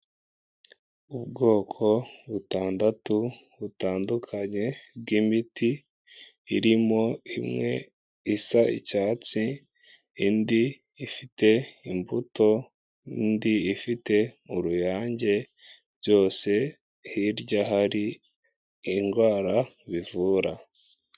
Ubwoko butandatu butandukanye bw'imiti irimo imwe isa icyatsi indi ifite imbuto n'indi ifite uruyange, byose hirya hari indwara bivura.